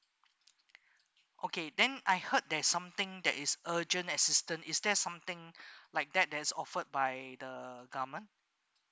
okay then I heard there's something that is urgent assistant is there something like that that's offered by the government